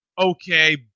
okay